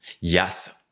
Yes